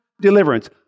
deliverance